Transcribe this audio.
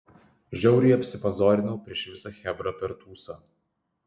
žiauriai apsipazorinau prieš visą chebrą per tūsą